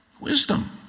wisdom